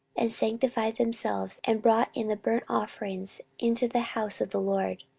and sanctified themselves, and brought in the burnt offerings into the house of the lord.